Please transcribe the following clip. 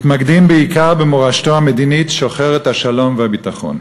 מתמקדים בעיקר במורשתו המדינית שוחרת השלום והביטחון.